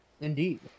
Indeed